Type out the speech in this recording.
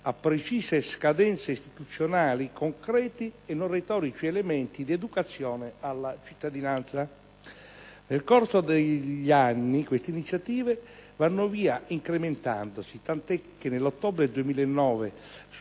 a precise scadenze istituzionali concreti e non retorici elementi di educazione alla cittadinanza. Nel corso degli anni, queste iniziative vanno via via incrementandosi tant'è che nell'ottobre 2009,